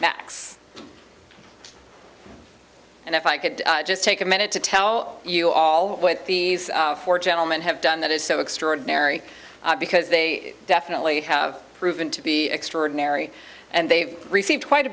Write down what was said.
backs and if i could just take a minute to tell you all what these four gentlemen have done that is so extraordinary because they definitely have proven to be extraordinary and they've received quite a